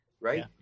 right